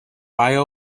bayou